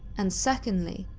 and, secondly,